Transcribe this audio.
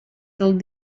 del